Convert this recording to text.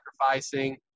sacrificing